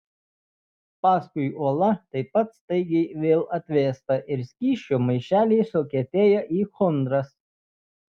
paskui uola taip pat staigiai vėl atvėsta ir skysčio maišeliai sukietėja į chondras